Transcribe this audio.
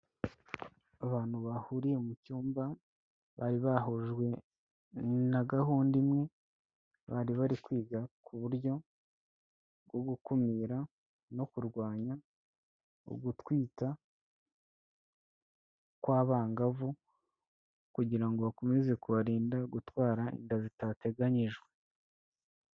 Abantu bahuriye mu cyumba bari bahujwe na gahunda imwe, bari bari kwiga ku buryo bwo gukumira no kurwanya ugutwita kw'abangavu kugira ngo bakomeze kubarinda gutwara inda zitateganyijwe.